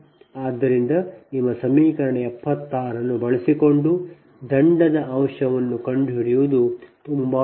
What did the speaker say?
ಆದ್ದರಿಂದ ನಿಮ್ಮ ಸಮೀಕರಣ 76 ಅನ್ನು ಬಳಸಿಕೊಂಡು ದಂಡದ ಅಂಶವನ್ನು ಕಂಡುಹಿಡಿಯುವುದು ತುಂಬಾ ಸುಲಭ